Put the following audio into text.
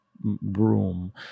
room